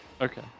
Okay